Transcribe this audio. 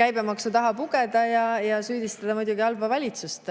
käibemaksu taha pugeda ja süüdistada muidugi halba valitsust,